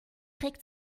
trick